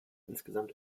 insgesamt